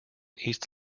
east